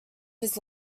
his